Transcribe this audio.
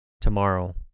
tomorrow